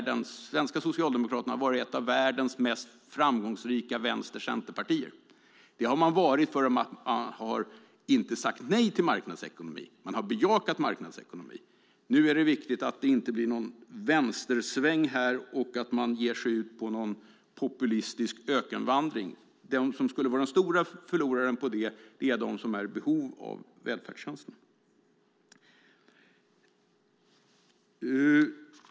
De svenska Socialdemokraterna har varit ett av världens framgångsrikaste vänster-center-partier. Det har man varit för att man inte har sagt nej till marknadsekonomi. Man har bejakat marknadsekonomi. Nu är det viktigt att det inte blir någon vänstersväng, så att man ger sig ut på en populistisk ökenvandring. De stora förlorarna på det skulle bli de som är i behov av välfärdstjänsterna.